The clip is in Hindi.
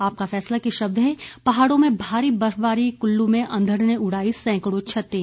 आपका फैसला के शब्द है पहाड़ों में भारी बर्फबारी कुल्लू में अंघड़ ने उड़ाई सैंकड़ों छतें